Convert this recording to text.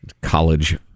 college